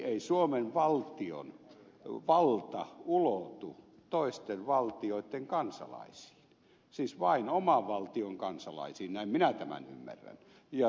ei suomen valtion valta ulotu toisten valtioitten kansalaisiin vaan vain oman valtion kansalaisiin näin minä tämän ymmärrän